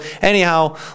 anyhow